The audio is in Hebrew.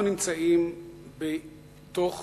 אנחנו נמצאים בתוך